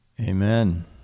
Amen